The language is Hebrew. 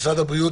משרד הבריאות,